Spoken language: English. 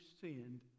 sinned